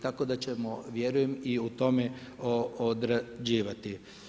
Tako da ćemo vjerujem u tome odrađivati.